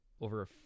over